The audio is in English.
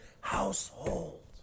household